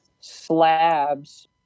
slabs